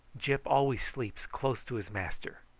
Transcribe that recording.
gyp always sleeps close to his master.